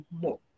more